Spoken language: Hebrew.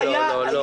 לא, לא.